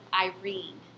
Irene